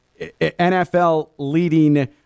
NFL-leading